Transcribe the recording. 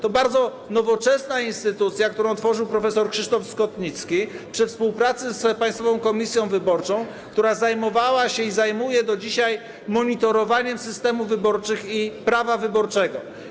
To bardzo nowoczesna instytucja, którą tworzył prof. Krzysztof Skotnicki przy współpracy z Państwową Komisją Wyborczą i która zajmowała się i zajmuje do dzisiaj monitorowaniem systemów wyborczych i prawa wyborczego.